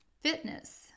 Fitness